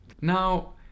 Now